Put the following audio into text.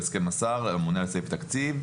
בהסכמת השר הממונה על סעיף התקציב,